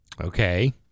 Okay